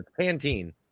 Pantene